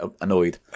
annoyed